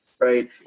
right